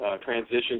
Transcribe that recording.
transition